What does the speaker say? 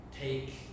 take